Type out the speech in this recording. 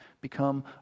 become